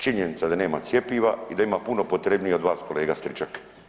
Činjenica je da nema cjepiva i da ima puno potrebnije od vas, kolega Stričak.